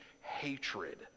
hatred